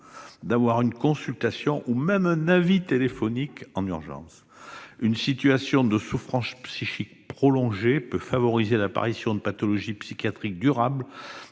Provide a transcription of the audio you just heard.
pour un médecin généraliste, un avis téléphonique en urgence. Une situation de souffrance psychique prolongée peut favoriser l'apparition de pathologies psychiatriques, durables